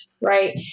right